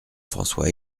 françois